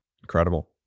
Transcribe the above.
Incredible